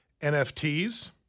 NFTs